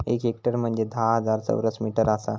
एक हेक्टर म्हंजे धा हजार चौरस मीटर आसा